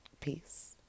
peace